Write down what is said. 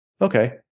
Okay